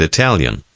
Italian